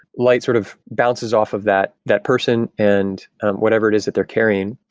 light sort of bounces off of that that person and whatever it is that they're carrying.